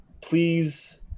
please